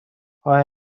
آیا